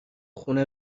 خونه